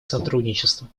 сотрудничество